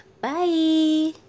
Bye